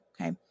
okay